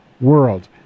world